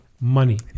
money